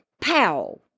pow